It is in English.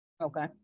Okay